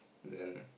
then